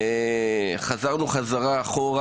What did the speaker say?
חזרנו חזרה אחורה.